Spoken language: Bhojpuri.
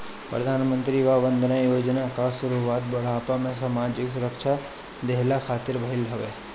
प्रधानमंत्री वय वंदना योजना कअ शुरुआत बुढ़ापा में सामाजिक सुरक्षा देहला खातिर भईल हवे